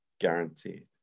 Guaranteed